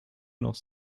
noch